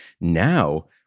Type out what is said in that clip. Now